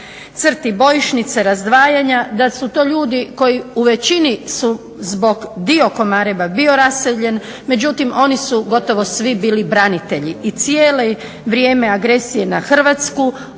crti bojišnice, razdvajanja, da su to ljudi koji u većini zbog dio Komareva bio raseljen. Međutim, oni su gotovo svi bili branitelji i cijelo vrijeme agresije na Hrvatsku